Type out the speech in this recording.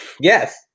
Yes